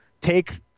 take